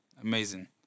Amazing